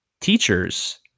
Teachers